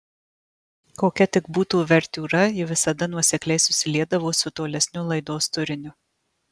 kokia tik būtų uvertiūra ji visada nuosekliai susiliedavo su tolesniu laidos turiniu